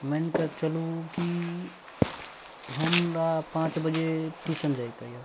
मानिकऽ चलू की हमरा पाँच बजे ट्शयून जाइके